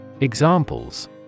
Examples